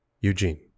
Eugene